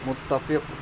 متفق